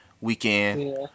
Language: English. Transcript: Weekend